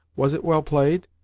was it well played?